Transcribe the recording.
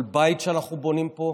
כל בית שאנחנו בונים פה,